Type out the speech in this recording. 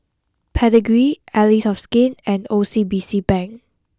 Pedigree Allies of Skin and O C B C Bank